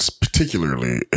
particularly